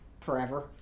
forever